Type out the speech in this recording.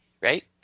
right